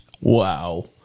Wow